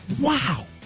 Wow